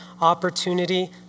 opportunity